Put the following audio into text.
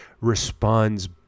responds